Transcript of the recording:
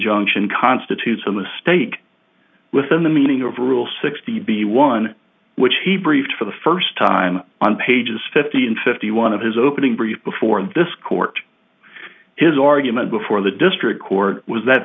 junction constitutes a mistake within the meaning of rule sixty b one which he briefed for the first time on pages fifty and fifty one of his opening brief before this court his argument before the district court was that